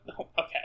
Okay